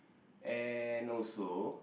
and also